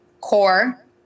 core